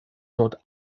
dort